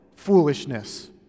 foolishness